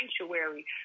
sanctuary